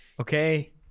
okay